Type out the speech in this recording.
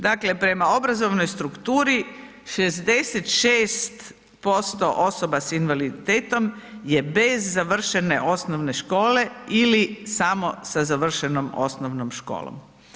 Dakle, prema obrazovnoj strukturi 66% osoba s invaliditetom je bez završene osnovne škole ili samo sa završenom osnovnom školom.